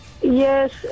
Yes